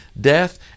death